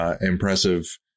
impressive